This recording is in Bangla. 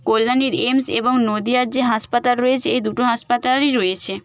কল্যাণীর এইমস এবং নদিয়ার যে হাসপাতাল রয়েছে এই দুটো হাসপাতালই রয়েছে